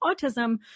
autism